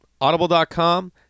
Audible.com